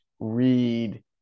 read